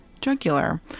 jugular